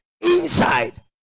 inside